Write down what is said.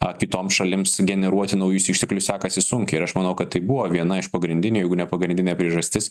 a tai tom šalim sugeneruoti naujus išteklius sekasi sunkiai ir aš manau kad tai buvo viena iš pagrindinių jeigu ne pagrindinė priežastis